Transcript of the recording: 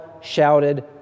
shouted